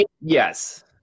Yes